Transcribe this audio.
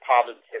positive